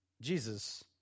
Jesus